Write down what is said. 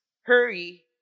hurry